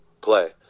Play